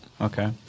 Okay